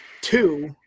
two